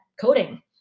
coding